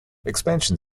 expansion